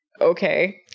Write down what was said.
okay